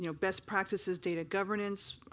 you know best practices data governance.